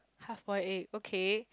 half boil egg okay